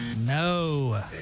no